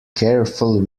careful